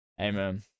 Amen